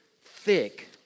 thick